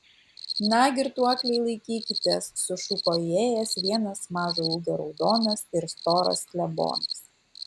na girtuokliai laikykitės sušuko įėjęs vienas mažo ūgio raudonas ir storas klebonas